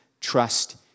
trust